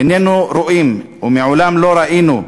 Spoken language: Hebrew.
איננו רואים, ומעולם לא ראינו,